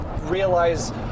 realize